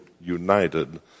united